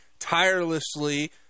tirelessly